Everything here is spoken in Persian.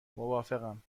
موافقم